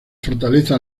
fortaleza